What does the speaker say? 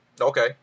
Okay